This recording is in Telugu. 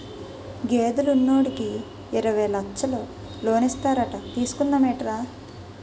గేదెలు ఉన్నోడికి యిరవై లచ్చలు లోనిస్తారట తీసుకుందా మేట్రా